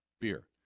beer